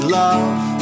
love